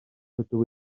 ydw